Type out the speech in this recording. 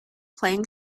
playing